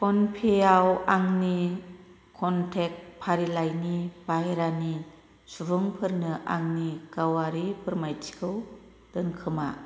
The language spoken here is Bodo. फनपेयाव आंनि कनटेक्ट फारिलाइनि बाहेरानि सुबुंफोरनो आंनि गावारि फोरमायथिखौ दोनखोमा